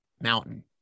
mountain